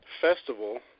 festival